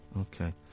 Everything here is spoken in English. okay